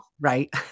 right